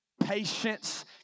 patience